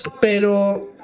Pero